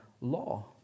law